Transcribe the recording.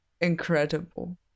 Incredible